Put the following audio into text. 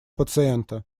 пациента